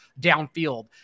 downfield